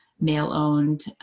male-owned